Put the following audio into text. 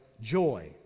joy